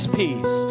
peace